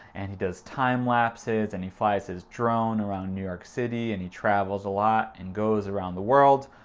and he does time lapses, and he flies his drone around new york city and he travels a lot and goes around the world.